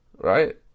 Right